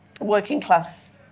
working-class